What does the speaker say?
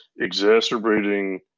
exacerbating